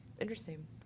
Interesting